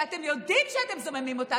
שאתם יודעים שאתם זוממים אותה,